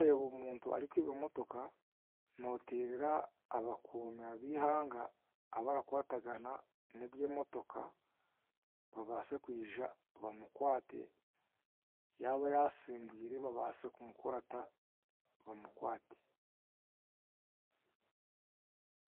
Waareeba omuntu arikwiba emotoka, nooterera abakuumi abaihanga, abarakwatagana n'eby'emotoka, babaase kwija bamukwate. Yaaba yaasimbwire baabaase kumukurata bamukwate.